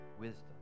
wisdom